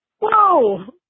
whoa